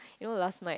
you know last night